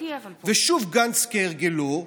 ושוב גנץ כהרגלו,